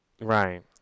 right